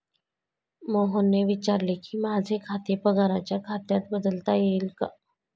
मोहनने विचारले की, माझे खाते पगाराच्या खात्यात बदलता येईल का